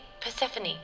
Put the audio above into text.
Persephone